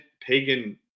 pagan